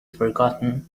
forgotten